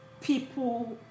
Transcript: people